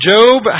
Job